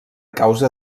causa